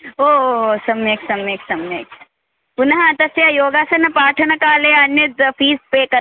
ओ ओ सम्यक् सम्यक् सम्यक् पुनः तस्य योगासनपाठनकाले अन्यद् फीस् पे कर्तव्यं भवति इति भाति